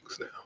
now